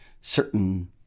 certain